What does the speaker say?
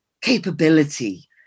capability